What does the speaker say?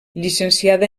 llicenciada